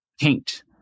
paint